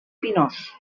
pinós